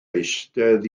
eistedd